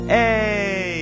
Hey